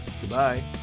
Goodbye